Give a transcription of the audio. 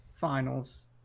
finals